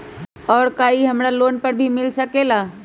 और का इ हमरा लोन पर भी मिल सकेला?